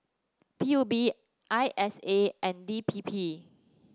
P U B I S A and D P P